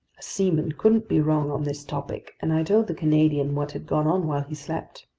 seaman couldn't be wrong on this topic, and i told the canadian what had gone on while he slept.